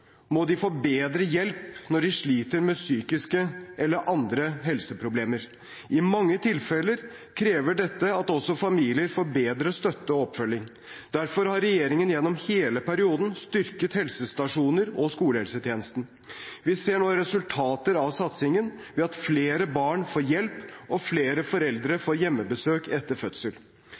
må de få bedre hjelp når de sliter med psykiske eller andre helseproblemer. I mange tilfeller krever dette at også familier får bedre støtte og oppfølging. Derfor har regjeringen gjennom hele perioden styrket helsestasjoner og skolehelsetjenesten. Vi ser nå resultater av satsingen ved at flere barn får hjelp, og flere foreldre får hjemmebesøk etter fødsel.